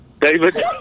David